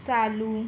चालू